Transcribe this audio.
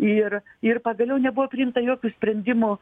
ir ir pagaliau nebuvo priimta jokių sprendimų